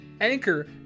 anchor